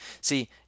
See